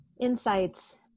insights